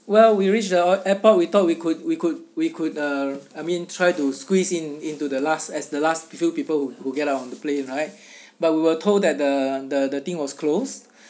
well we reach the airport we thought we could we could we could uh I meant try to squeeze in into the last as the last few people who who get out on the plane right but we were told that the the the thing was close